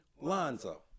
Lonzo